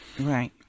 Right